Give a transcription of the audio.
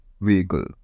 vehicle